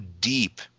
deep